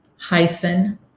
hyphen